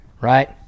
right